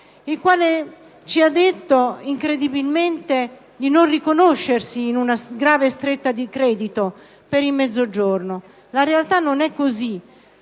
il quale ci ha riferito incredibilmente di non riconoscersi in una grave stretta di credito per il Mezzogiorno. La realtà non è così: